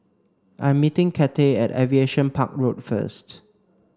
I'm meeting Cathey at Aviation Park Road first